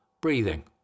breathing